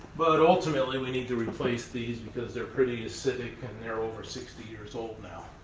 but, ultimately, we need to replace these because they're pretty acidic and they're over sixty years old now